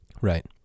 Right